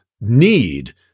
need